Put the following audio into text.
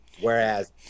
Whereas